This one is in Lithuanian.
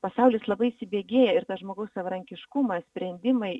pasaulis labai įsibėgėja ir tas žmogaus savarankiškumas sprendimai